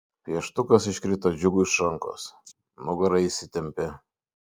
pieštukas iškrito džiugui iš rankos nugara įsitempė